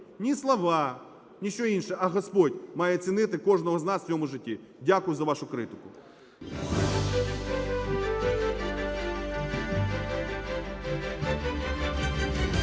ні слова, ні що інше, а Господь має цінити кожного з нас в цьому житті. Дякую за вашу критику.